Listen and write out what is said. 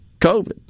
COVID